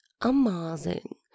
amazing